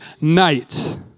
night